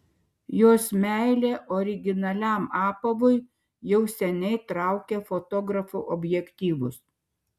jos meilė originaliam apavui jau seniai traukia fotografų objektyvus